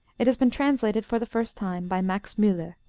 it has been translated for the first time by max muller.